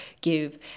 give